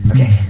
Okay